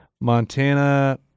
Montana